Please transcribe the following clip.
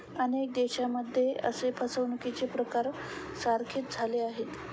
अनेक देशांमध्ये असे फसवणुकीचे प्रकार सारखेच झाले आहेत